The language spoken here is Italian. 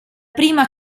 prima